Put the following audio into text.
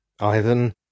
Ivan